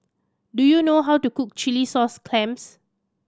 do you know how to cook chilli sauce clams